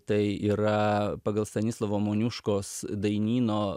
tai yra pagal stanislovo moniuškos dainyno